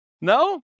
No